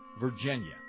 Virginia